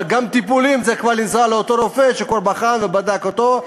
אבל גם לטיפולים צריך לנסוע לאותו רופא שכבר בחן ובדק אותו,